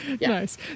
nice